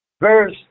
Verse